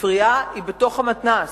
הספרייה היא בתוך המתנ"ס.